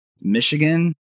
Michigan